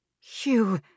Hugh